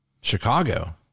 Chicago